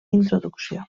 introducció